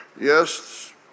Yes